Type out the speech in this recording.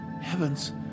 Heavens